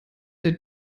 der